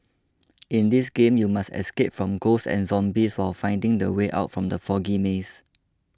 in this game you must escape from ghosts and zombies while finding the way out from the foggy maze